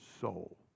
soul